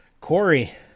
Corey